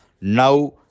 now